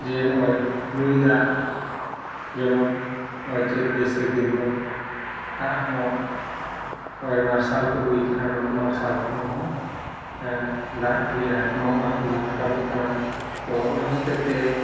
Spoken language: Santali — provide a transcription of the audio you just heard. ᱡᱮ ᱱᱚᱜᱼᱚᱭ ᱧᱩᱭᱫᱟᱜ ᱡᱮᱢᱚᱱ ᱱᱚᱜᱼᱚᱭ ᱪᱟᱹᱛᱼᱵᱟᱹᱭᱥᱟᱹᱠᱷ ᱫᱤᱱᱫᱚ ᱫᱟᱜᱦᱚᱸ ᱱᱚᱜᱼᱚᱭ ᱢᱟᱨᱥᱟᱞᱠᱚ ᱦᱩᱭᱟᱠᱟᱱᱟ ᱚᱱᱟᱠᱚ ᱢᱟᱨᱥᱟᱞ ᱠᱷᱚᱱᱦᱚᱸ ᱫᱟᱜ ᱞᱮᱭᱟᱨ ᱵᱟᱝ ᱨᱟᱠᱟᱵᱚᱜ ᱠᱟᱱᱟ ᱛᱳ ᱚᱱᱟ ᱦᱚᱛᱮᱛᱮ